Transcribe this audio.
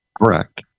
Correct